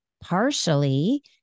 partially